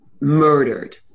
murdered